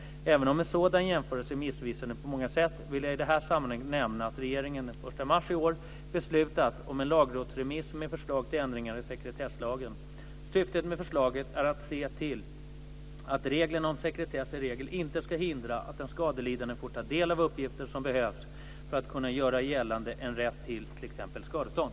Även om en sådan jämförelse är missvisande på många sätt vill jag i det här sammanhanget nämna att regeringen den 1 mars i år beslutat om en lagrådsremiss med förslag till ändringar i sekretesslagen. Syftet med förslaget är att se till att reglerna om sekretess i regel inte ska hindra att en skadelidande får ta del av uppgifter som behövs för att kunna göra gällande en rätt till t.ex. skadestånd.